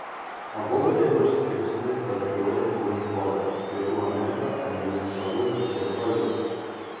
abu galėjo išskristi bet kuriuo lėktuvu į floridą pietų ameriką ar vieną iš salų jo teritorijoje